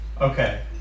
Okay